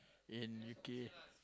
in U_K